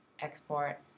Export